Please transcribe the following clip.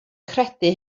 credu